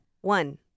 One